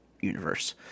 universe